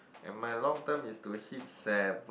and my long term is to hit seven